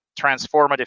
transformative